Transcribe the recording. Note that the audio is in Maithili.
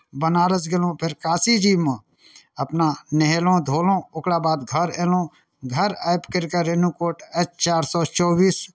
बनारस गेलहुँ फेर काशीजीमे अपना नहेलहुँ धोलहुँ ओकरा बाद घर अयलहुँ घर आबि करि कऽ रेणुकूट एच चारि सए चौबीस